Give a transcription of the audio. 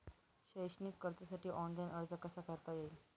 शैक्षणिक कर्जासाठी ऑनलाईन अर्ज कसा करता येईल?